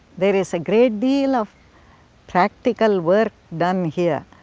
there is a great deal of practical work done here.